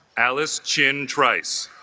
alice chin trice